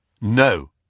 No